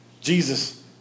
Jesus